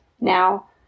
now